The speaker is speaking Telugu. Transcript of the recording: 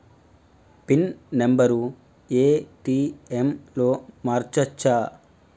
పిన్ నెంబరు ఏ.టి.ఎమ్ లో మార్చచ్చా?